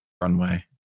runway